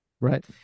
Right